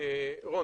רון.